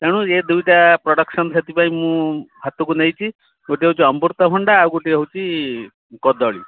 ତେଣୁ ଏଇ ଦୁଇଟା ପ୍ରଡକ୍ସନ୍ ସେଥିପାଇଁ ମୁଁ ହାତକୁ ନେଇଛି ଗୋଟେ ହେଉଛି ଅମୃତଭଣ୍ଡା ଆଉ ଗୋଟେ ହେଉଛି କଦଳୀ